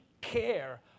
care